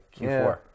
Q4